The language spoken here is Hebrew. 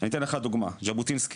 אתן לך דוגמה: ז'בוטינסקי